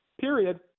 period